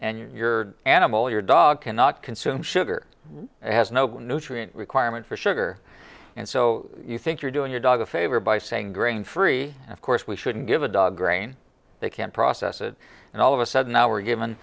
and your animal your dog cannot consume sugar as noble nutrient requirement for sugar and so you think you're doing your dog a favor by saying grain free of course we shouldn't give a dog grain they can't process it and all of a sudden now we're given